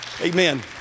Amen